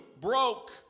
broke